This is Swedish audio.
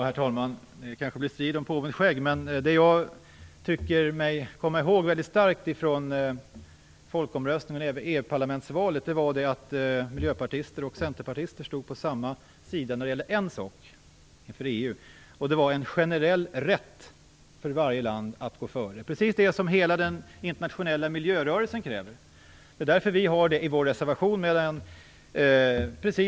Herr talman! Detta kanske blir en strid om påvens skägg. Vad jag tycker mig komma ihåg av folkomröstningen och EU-parlamentsvalet är att miljöpartister och centerpartister stod på samma sida när det gäller en sak, nämligen en generell rätt för varje land att gå före. Precis det som den internationella miljörörelsen kräver. Därför har vi med det i vår reservation.